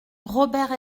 robert